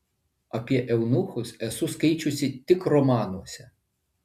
apie eunuchus esu skaičiusi tik romanuose